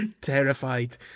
terrified